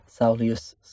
Saulius